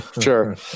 Sure